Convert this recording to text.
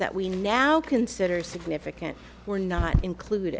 that we now consider significant were not include